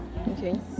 Okay